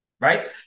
Right